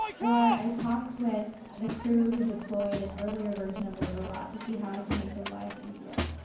or i talked with the crew who deployed an earlier version of the robot to see how i can make their lives easier.